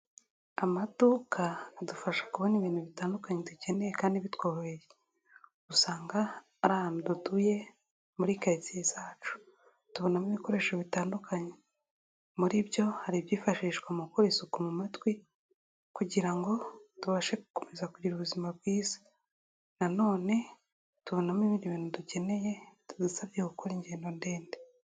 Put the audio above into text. Amaduka adufasha kubona ibintu bitandukanye dukeneye kandi bitworoheye, usanga ari ahantu dutuye muri karitsiye zacu tubonamo ibikoresho bitandukanye, muri byo hari ibyifashishwa mu gukora isuku mu matwi kugira ngo tubashe gukomeza kugira ubuzima bwiza, nanone tubonamo ibindi bintu dukeneye bitadusabye gukora ingendo ndende.